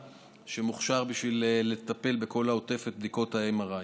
שמוכשר בשביל לטפל בכל העוטף של בדיקות ה-MRI.